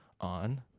on